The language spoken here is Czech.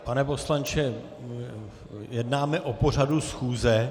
Pane poslanče, jednáme o pořadu schůze.